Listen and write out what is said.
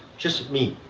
just me,